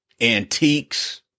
antiques